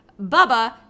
bubba